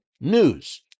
news